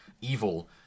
evil